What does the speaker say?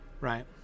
right